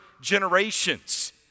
generations